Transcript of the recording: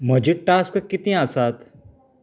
म्हजे टास्क कितें आसात